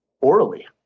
orally